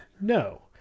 No